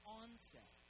onset